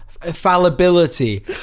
fallibility